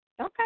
Okay